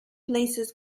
places